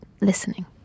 listening